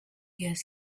gaz